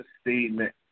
statement